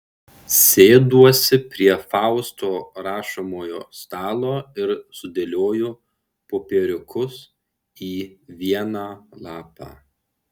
sėduosi prie fausto rašomojo stalo ir sudėlioju popieriukus į vieną lapą